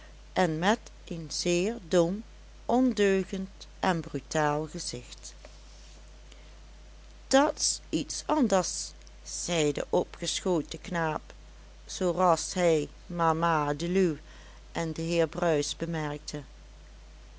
en met een zeer dom ondeugend en brutaal gezicht dat's iets anders zei de opgeschoten knaap zooras hij mama deluw en den heer bruis bemerkte